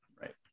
Right